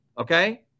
okay